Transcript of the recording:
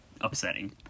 upsetting